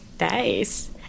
Nice